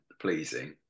pleasing